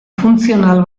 funtzional